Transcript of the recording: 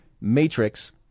matrix